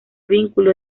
vínculo